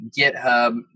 GitHub